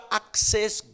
access